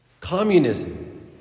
communism